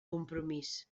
compromís